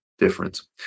difference